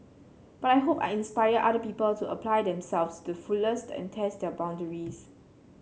but I hope I inspire other people to apply themselves to fullest and test their boundaries